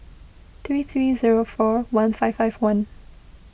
three three zero four one five five one